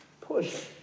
push